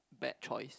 bad choice